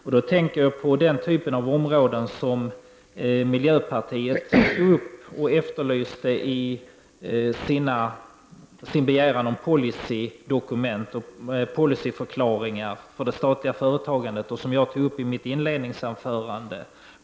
Jag tänker på den typ av områden som miljöpartiet tog upp och efterlyste i sin begäran om policydokument och policyförklaring för det statliga företagandet och som även jag tog upp i mitt inledningsanförande.